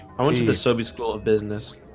i want you to so be school of business